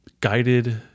guided